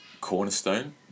cornerstone